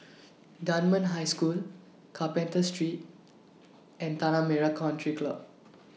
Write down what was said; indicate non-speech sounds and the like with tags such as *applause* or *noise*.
*noise* Dunman High School Carpenter Street and Tanah Merah Country Club